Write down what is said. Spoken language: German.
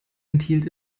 enthielt